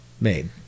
made